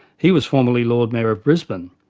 he was formerly lord mayor of brisbane.